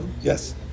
Yes